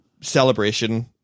celebration